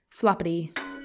floppity